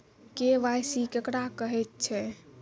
KYC केकरा कहैत छै?